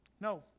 No